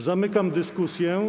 Zamykam dyskusję.